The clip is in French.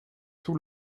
tout